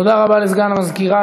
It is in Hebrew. תודה רבה לסגן המזכירה.